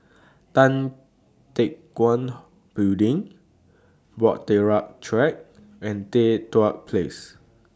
Tan Teck Guan Building Bahtera Track and Tan Place